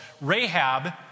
Rahab